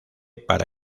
para